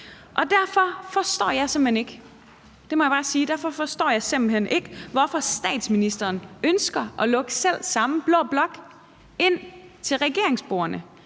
ikke forstår, hvorfor statsministeren ønsker at lukke selv samme blå blok ind til regeringsbordene.